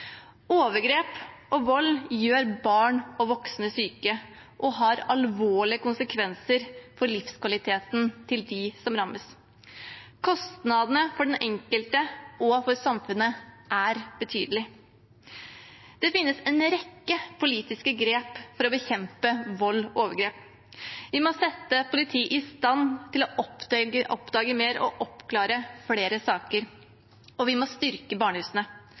Overgrep og vold gjør barn og voksne syke og får alvorlige konsekvenser for livskvaliteten til dem som rammes. Kostnadene for den enkelte og for samfunnet er betydelige. Det finnes en rekke politiske grep for å bekjempe vold og overgrep. Vi må sette politiet i stand til å oppdage mer og å oppklare flere saker, og vi må styrke barnehusene.